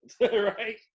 Right